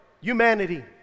humanity